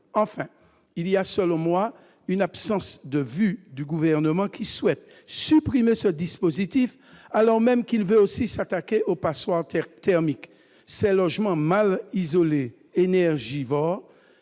Enfin, il y a, selon moi, une absence de vue du Gouvernement, qui souhaite supprimer ce dispositif, alors même qu'il veut aussi s'attaquer aux « passoires thermiques », ces logements mal isolés énergivores.